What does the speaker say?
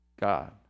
God